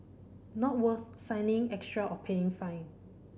not worth signing extra or paying fine